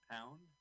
Pound